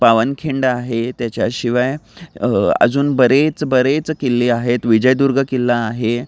पावनखिंड आहे त्याच्याशिवाय अजून बरेच बरेच किल्ले आहेत विजयदुर्ग किल्ला आहे